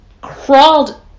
crawled